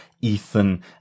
ethan